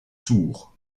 tours